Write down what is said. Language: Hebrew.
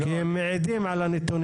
כי הם מעידים על הנתונים.